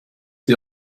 sie